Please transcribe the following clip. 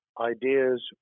ideas